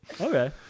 Okay